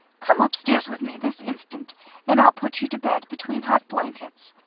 come upstairs with me this instant and i'll put you to bed between hot blankets.